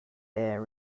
air